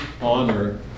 honor